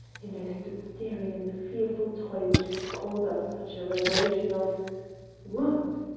and i stood staring at the fearful toy which had called up such a revelation of what?